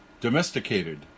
Domesticated